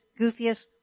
goofiest